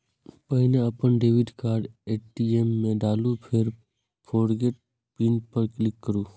पहिने अपन debit card ATM मे डालू, फेर फोरगेट पिन पर क्लिक करू